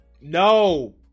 No